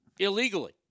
Illegally